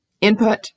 input